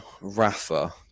rafa